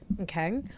Okay